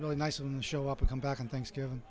really nice and show up to come back on thanksgiving